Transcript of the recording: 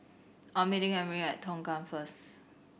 I am meeting Emry at Tongkang first